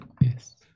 Yes